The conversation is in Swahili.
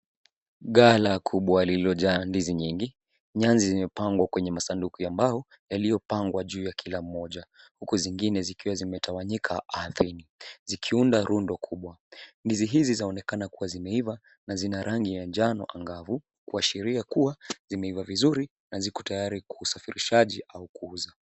Ghala kubwa lililojaa ndizi nyingi, nyanzi zimepangwa kwenye masanduku ya mbao yaliyopangwa juu ya kila moja , huku zingine zikiwa zimetawanyika arhini zikiunda rundo kubwa. Ndizi hizi zinaonekana kuwa zimeiva na zina rangi ya njano angavu kuashiria kuwa zimeiva vizuri na ziko tayari kwa usafirishaji au kuuza.